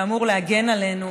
שאמור להגן עלינו,